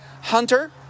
Hunter